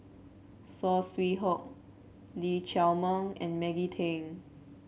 Saw Swee Hock Lee Chiaw Meng and Maggie Teng